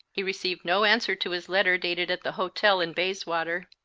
he received no answer to his letter dated at the hotel in bayswater.